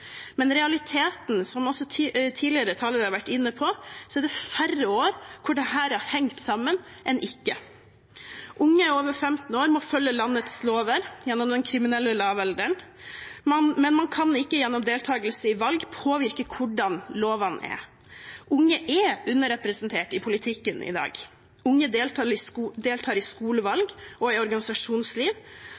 Men i realiteten – som også tidligere talere har vært inne på – er det færre år hvor dette har hengt sammen, enn det ikke har hengt sammen. Unge over 15 år må følge landets lover gjennom den kriminelle lavalderen, men man kan ikke gjennom deltakelse i valg påvirke hvordan lovene er. Unge er underrepresentert i politikken i dag, unge deltar i skolevalg og i organisasjonsliv, unge påvirkes i